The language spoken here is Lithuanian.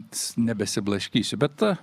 nebesiblaškysiu bet